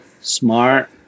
smart